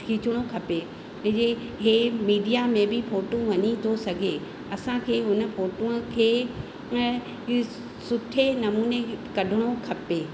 खींचणो खपे इहे हे मीडिया में बि फोटूं वञी थो सघे असांखे उन फोटूंअ खे न इस सुठे नमूने कढिणो खपे